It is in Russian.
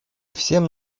всем